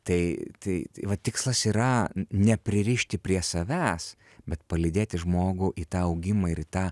tai tai tai va tikslas yra nepririšti prie savęs bet palydėti žmogų į tą augimą ir į tą